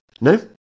no